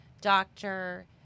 doctor